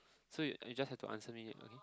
so you you just have to answer me only